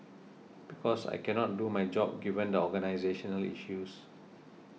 because I cannot do my job given the organisational issues